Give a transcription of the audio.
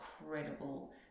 incredible